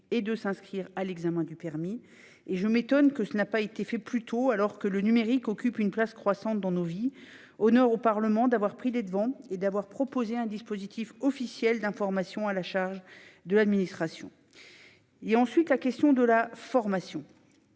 et de s'inscrire à l'examen du permis. Je m'étonne que cela n'ait pas été fait plus tôt, alors que le numérique occupe une place croissante dans nos vies. Honneur au Parlement d'avoir pris les devants et proposé un dispositif officiel d'information à la charge de l'administration ! Se pose ensuite la question de la formation.